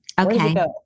Okay